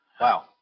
Wow